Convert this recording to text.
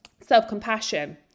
self-compassion